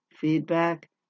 feedback